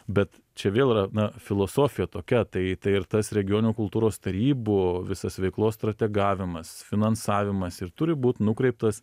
bet čia vėl yra na filosofija tokia tai tai ir tas regioninių kultūros tarybų visas veiklos strategavimas finansavimas ir turi būt nukreiptas